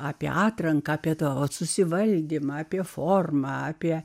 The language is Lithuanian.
apie atranką apie tavo susivaldymą apie formą apie